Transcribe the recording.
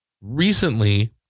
Recently